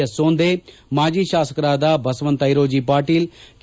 S Sonde ಮಾಜಿ ಶಾಸಕರಾದ Basavant Airoji Patil K